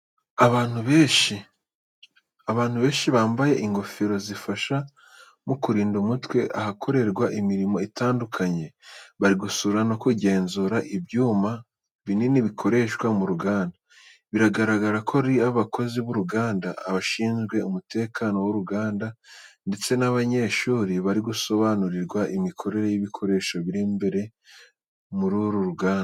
Abantu benshi bambaye ingofero zifasha mu kurinda umutwe ahakorerwa imirimo itandukanye, bari gusura no kugenzura ibyuma binini bikoreshwa mu ruganda. Biragaragara ko ari abakozi b’uruganda, abashinzwe umutekano w’uruganda, ndetse n'abanyeshuri bari gusobanurirwa imikorere y’ibikoresho biri imbere muri uru ruganda.